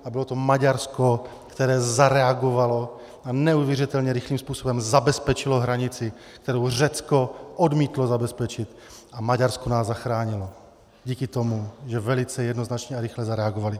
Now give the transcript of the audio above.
A bylo to Maďarsko, které zareagovalo a neuvěřitelně rychlým způsobem zabezpečilo hranici, kterou Řecko odmítlo zabezpečit, a Maďarsko nás zachránilo díky tomu, že velice jednoznačně a rychle zareagovalo.